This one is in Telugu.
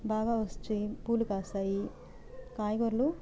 బాగా వచ్చి పూలు కాస్తాయి కాయగూరలు